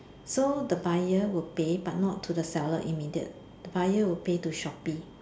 so the buyer will pay but not to the seller immediate buyer will pay to Shopee